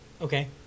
Okay